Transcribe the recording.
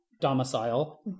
domicile